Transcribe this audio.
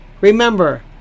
Remember